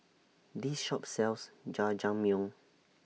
This Shop sells Jajangmyeon